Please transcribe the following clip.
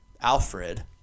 Alfred